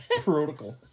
protocol